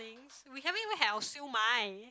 we haven't even had our siew mai